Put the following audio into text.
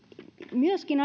myöskin